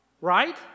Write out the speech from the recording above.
right